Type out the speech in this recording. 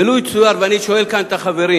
ולו יצויר, ואני שואל כאן את החברים,